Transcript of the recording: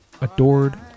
adored